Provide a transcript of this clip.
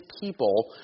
people